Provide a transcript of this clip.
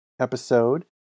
episode